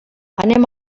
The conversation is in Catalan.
anem